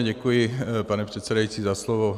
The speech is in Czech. Děkuji, pane předsedající, za slovo.